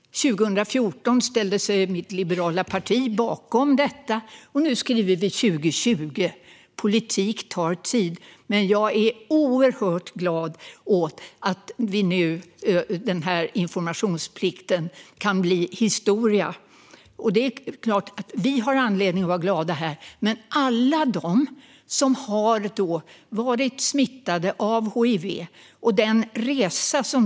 År 2014 ställde sig mitt liberala parti bakom detta, och nu skriver vi 2020. Politik tar tid. Men jag är oerhört glad över att informationsplikten nu kan bli historia. Vi har anledning att vara glada här, men det gäller särskilt alla dem som har varit smittade av hiv.